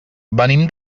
venim